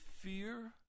fear